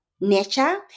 nature